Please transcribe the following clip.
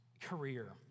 career